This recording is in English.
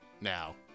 now